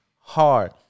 hard